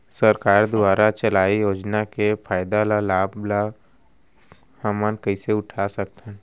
सरकार दुवारा चलाये योजना के फायदा ल लाभ ल हमन कइसे उठा सकथन?